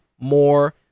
More